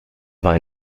war